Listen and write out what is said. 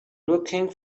looking